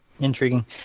Intriguing